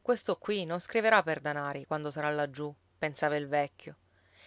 questo qui non scriverà per danari quando sarà laggiù pensava il vecchio